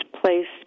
placed